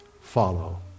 follow